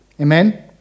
Amen